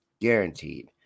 Guaranteed